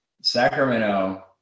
Sacramento